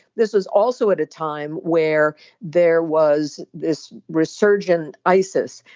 this was also at a time where there was this resurgent isis.